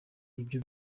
ibyo